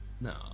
No